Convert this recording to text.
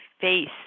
face